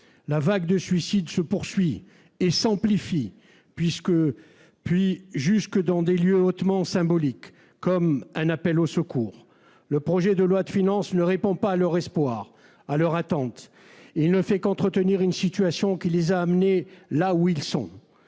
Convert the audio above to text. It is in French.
La vague de suicides se poursuit et s'amplifie, jusque dans des lieux hautement symboliques, comme un appel au secours. Le projet de loi de finances pour 2019 ne répond ni à leurs espoirs ni à leurs attentes. Il ne fait qu'entretenir une situation qui les a amenés là où ils sont.